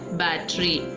battery